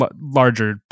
larger